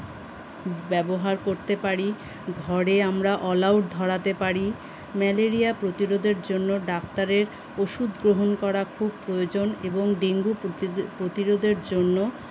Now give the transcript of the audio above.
ব্যবহার করতে পারি ঘরে আমরা অলআউট ধরাতে পারি ম্যালেরিয়া প্রতিরোধের জন্য ডাক্তারের ওষুধ গ্রহণ করা খুব প্রয়োজন এবং ডেঙ্গু প্রতি প্রতিরোধের জন্য